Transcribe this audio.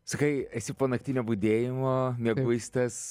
sakai esi po naktinio budėjimo mieguistas